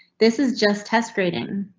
this is just test grading